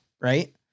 right